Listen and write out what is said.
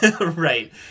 Right